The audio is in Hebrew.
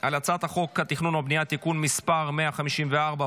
על הצעת חוק התכנון והבנייה (תיקון מס' 154,